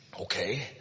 okay